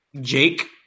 Jake